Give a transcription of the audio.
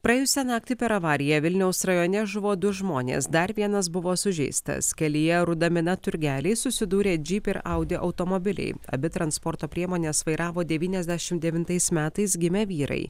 praėjusią naktį per avariją vilniaus rajone žuvo du žmonės dar vienas buvo sužeistas kelyje rudamina turgeliai susidūrė jeep ir audi automobiliai abi transporto priemones vairavo devyniasdešim devintais metais gimę vyrai